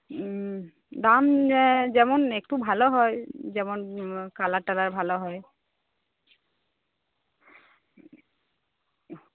দাম যেমন একটু ভালো হয় যেমন কালার টালার ভালো হয়